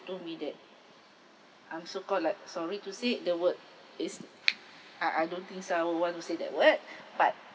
told me that I'm so called like sorry to say the word is I I don't think someone want to say that word but